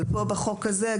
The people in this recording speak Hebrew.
אבל פה בחוק הזה,